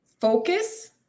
Focus